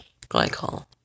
glycol